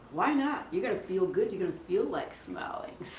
why not? you're gonna feel good. you're gonna feel like smiling.